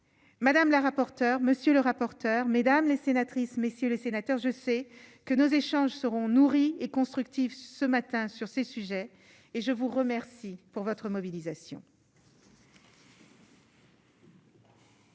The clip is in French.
madame la rapporteure, monsieur le rapporteur, mesdames les sénatrices, messieurs les sénateurs, je sais que nos échanges seront nourri et constructif, ce matin, sur ces sujets et je vous remercie pour votre mobilisation.